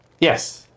Yes